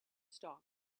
stock